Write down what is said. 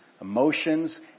emotions